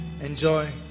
Enjoy